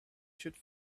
should